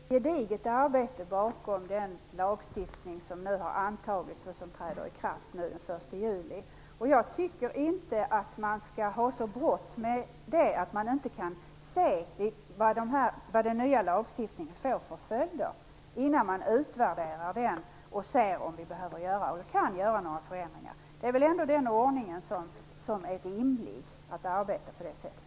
Fru talman! Det ligger ett gediget arbete bakom den lagstiftning som nu har antagits och som träder i kraft den 1 juli. Jag tycker inte att man skall ha så bråttom att man inte kan se vad den nya lagstiftningen kan få för följder innan man utvärderar den och ser om det behövs några förändringar. Det är väl ändå en rimlig ordning att arbeta på det sättet.